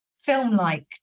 film-like